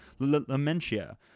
Lamentia